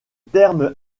terme